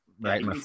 right